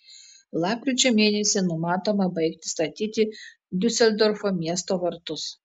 lapkričio mėnesį numatoma baigti statyti diuseldorfo miesto vartus